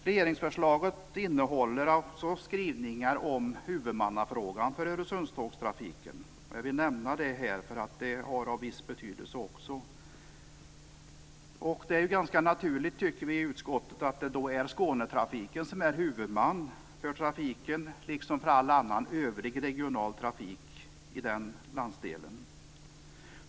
Regeringsförslaget innehåller skrivningar om huvudmannaskapet för Öresundstågtrafiken. Jag vill nämna det här, eftersom det har viss betydelse. Utskottet tycker att det är ganska naturligt att Skånetrafiken är huvudman för trafiken liksom för all annan övrig regional trafik i den landsdelen.